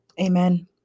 Amen